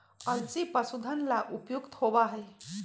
अलसी पशुधन ला उपयुक्त होबा हई